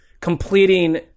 completing